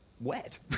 wet